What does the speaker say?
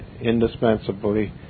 indispensably